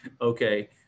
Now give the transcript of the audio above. Okay